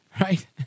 right